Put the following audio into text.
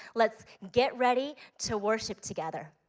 let's get ready to worship together.